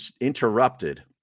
interrupted